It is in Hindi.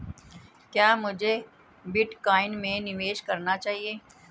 क्या मुझे बिटकॉइन में निवेश करना चाहिए?